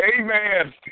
Amen